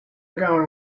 going